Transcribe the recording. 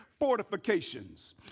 fortifications